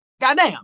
goddamn